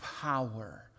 power